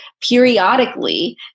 periodically